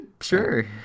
sure